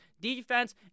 defense